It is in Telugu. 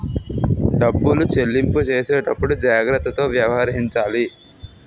డబ్బులు చెల్లింపు చేసేటప్పుడు జాగ్రత్తతో వ్యవహరించాలి